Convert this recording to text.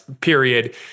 period